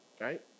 right